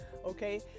Okay